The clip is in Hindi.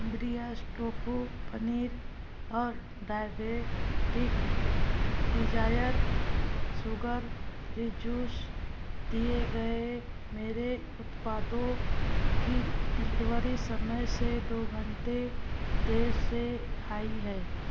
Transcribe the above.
ब्रियस टोफू पनीर और diabetics desire sugar free juice दिए गए मेरे उत्पादों की डिलीवरी समय से दो घंटे देर से आए हैं